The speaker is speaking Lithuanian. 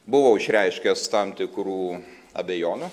buvau išreiškęs tam tikrų abejonių